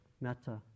metta